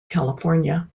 california